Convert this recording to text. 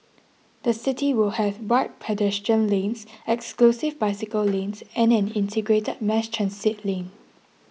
the city will have wide pedestrian lanes exclusive bicycle lanes and an integrated mass transit lane